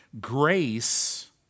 Grace